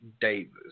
Davis